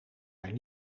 mijn